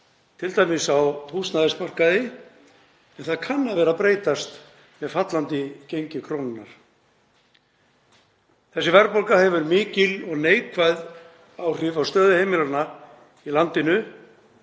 t.d. á húsnæðismarkaði, en það kann að vera að breytast með fallandi gengi krónunnar. Þessi verðbólga hefur mikil og neikvæð áhrif á stöðu heimilanna í landinu